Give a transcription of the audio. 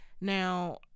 now